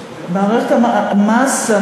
מערכת המס,